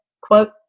quote